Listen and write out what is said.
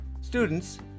students